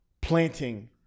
planting